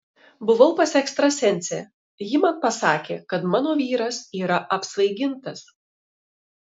buvau pas ekstrasensę ji man pasakė kad mano vyras yra apsvaigintas